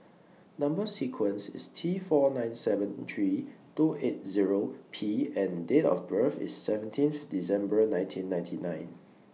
Number sequence IS T four nine seven three two eight Zero P and Date of birth IS seventeenth December nineteen ninety nine